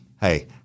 Hey